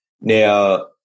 Now